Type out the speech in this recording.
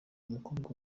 umukobwa